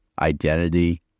identity